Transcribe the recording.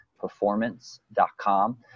performance.com